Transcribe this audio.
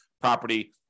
property